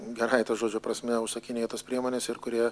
gerąja to žodžio prasme užsakinėjo tas priemones ir kurie